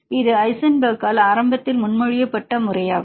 இது ஐசன்பெர்க்கால் ஆரம்பத்தில் முன்மொழியப்பட்ட முறையாகும்